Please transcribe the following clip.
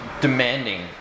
demanding